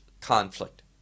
conflict